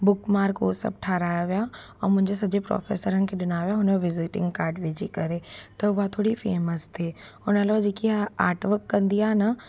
bookmark उहो सभु ठाहिराया विया ऐं मुंहिंजे सॼे प्रॉफेसरनि खे ॾिना हुआ हुनजो विज़िटिंग काड विझी करे त उहा थोरी फ़ेमस थी हुन लाइ उहो जेकी आहे आट वक कंदी आहे न